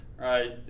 Right